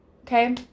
Okay